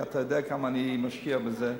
כי אתה יודע כמה אני משקיע בזה,